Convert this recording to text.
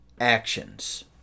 actions